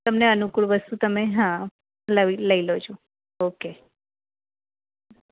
તમને અનુકૂળ વસ્તુ તમે નવી લઈ લેજો ઓકે